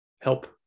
help